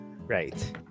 Right